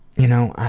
you know,